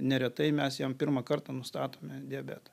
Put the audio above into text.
neretai mes jam pirmą kartą nustatome diabetą